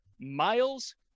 Miles